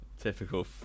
typical